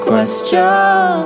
Question